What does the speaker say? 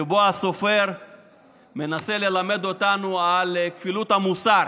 שבו הסופר מנסה ללמד אותנו על כפילות המוסר